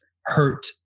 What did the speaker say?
hurt